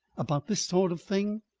about this sort of thing?